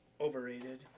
overrated